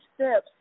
steps